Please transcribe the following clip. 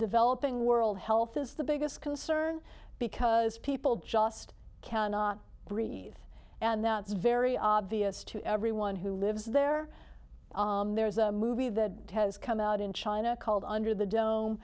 developing world health is the biggest concern because people just cannot breathe and that's very obvious to everyone who lives there and there's a movie that has come out in china called under the dome